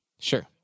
Sure